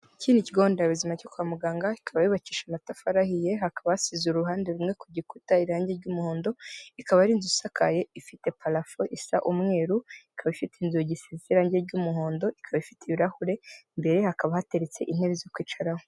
Iki ni Ikigo Nderabuzima cyo kwa muganga, ikaba yubakishije amatafari ahiye, hakaba hasize uruhande rumwe ku gikuta irangi ry'umuhondo, ikaba ari inzu isakaye ifite parafo isa umweru, ikaba ifite inzugi zisize irangi ry'umuhondo, ikaba ifite ibirahure, imbere hakaba hateretse intebe zo kwicaraho.